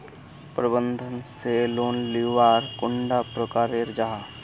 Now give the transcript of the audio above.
प्रबंधन से लोन लुबार कैडा प्रकारेर जाहा?